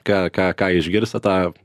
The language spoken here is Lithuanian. ką ką ką išgirsta tą